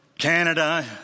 Canada